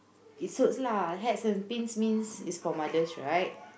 it suits lah hats and pins means it's for mothers right